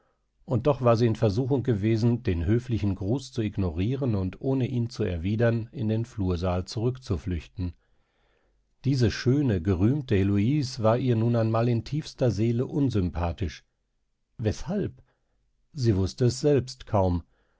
und doch war sie in versuchung gewesen den höflichen gruß zu ignorieren und ohne ihn zu erwidern in den flursaal zurückzuflüchten diese schöne gerühmte heloise war ihr nun einmal in tiefster seele unsympathisch weshalb sie wußte es selbst kaum